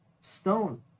stone